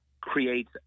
creates